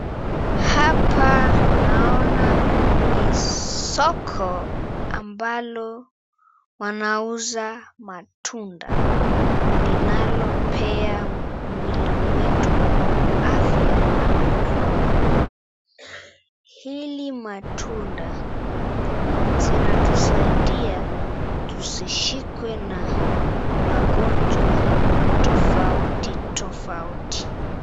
Hapa naona ni soko ambalo wanauza matunda linalopea mwili wetu afya na nguvu, hili matunda zinatusaidia tusishikwe na magonjwa tofauti tofauti.